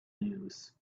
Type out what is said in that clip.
news